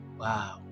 Wow